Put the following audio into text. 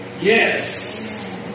Yes